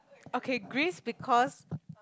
okay Greece because